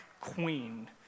Queen